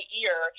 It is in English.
ear